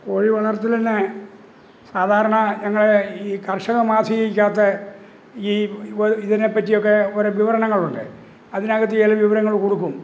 കോഴി വളര്ത്തലിനെ സാധാരണ ഞങ്ങൾ ഈ കര്ഷക മാസികയ്ക്ക് അകത്ത് ഈ ഇതിനെ പറ്റിയൊക്കെ ഓരോ വിവരണങ്ങളുണ്ട് അതിനകത്ത് ചില വിവരങ്ങള് കൊടുക്കും